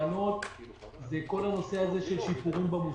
בתקנות זה כל הנושא של שיפורים במושכר.